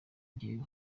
njyewe